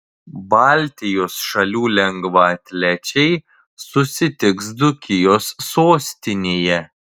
baltijos šalių lengvaatlečiai susitiks dzūkijos sostinėje